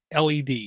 LED